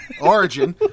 Origin